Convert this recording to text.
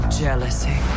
jealousy